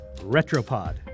Retropod